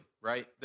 right